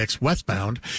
westbound